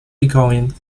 becoming